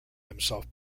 himself